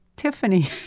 Tiffany